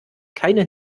keine